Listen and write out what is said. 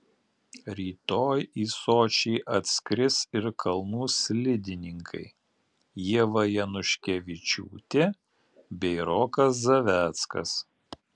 rytoj į sočį atskris ir kalnų slidininkai ieva januškevičiūtė bei rokas zaveckas